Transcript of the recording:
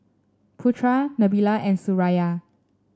Putra Nabila and Suraya